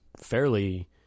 fairly